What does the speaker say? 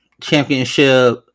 championship